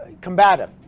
combative